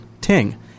Ting